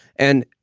and